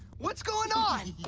what's going on?